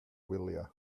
wyliau